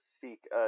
seek